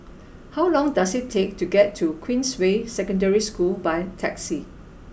how long does it take to get to Queensway Secondary School by taxi